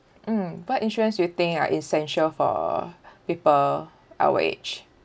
mm what insurance do you think like essential for people our age